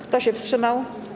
Kto się wstrzymał?